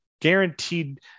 guaranteed